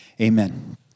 Amen